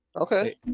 okay